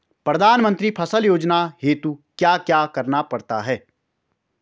प्रधानमंत्री फसल योजना हेतु क्या क्या करना पड़ता है?